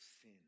sin